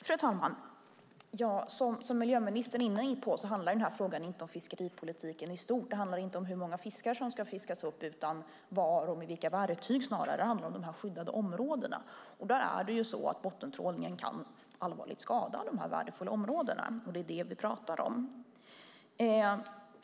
Fru talman! Som miljöministern är inne på handlar den här frågan inte om fiskeripolitiken i stort. Det handlar inte om hur många fiskar som ska fiskas upp utan snarare om var och med vilka verktyg i de skyddade områdena. Då är det så att bottentrålningen kan allvarligt skada dessa värdefulla områden, och det är det vi pratar om.